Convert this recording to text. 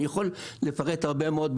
אני יכול לפרט הרבה מאוד,